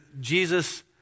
Jesus